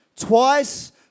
twice